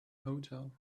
hotel